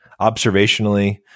observationally